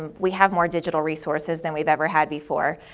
we have more digital resources then we've ever had before.